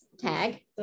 Tag